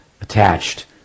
attached